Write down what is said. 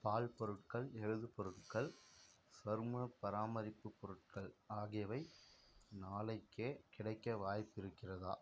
பால் பொருட்கள் எழுது பொருட்கள் சரும பராமரிப்பு பொருட்கள் ஆகியவை நாளைக்கே கிடைக்க வாய்ப்பு இருக்கிறதா